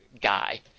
guy